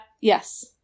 Yes